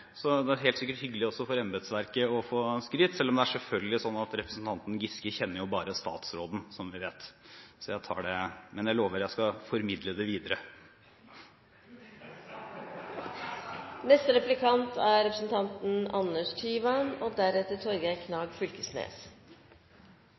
om det selvfølgelig er sånn at representanten Giske bare kjenner statsråden, som vi vet – så jeg tar den. Men jeg lover at jeg skal formidle det videre. Statsråden sa at det å fullføre skolen kan gi bedre helse, og